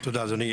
תודה אדוני,